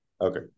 Okay